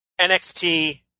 NXT